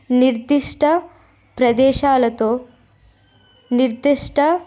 నిర్దిష్ట ప్రదేశాలతో నిర్దిష్ట